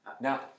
Now